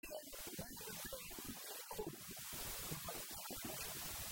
הבית הזה הוא כביכול נוכחות של הקדוש ברוך הוא